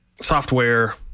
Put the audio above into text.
software